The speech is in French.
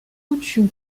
coutume